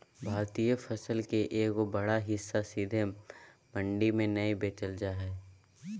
भारतीय फसल के एगो बड़ा हिस्सा सीधे मंडी में नय बेचल जा हय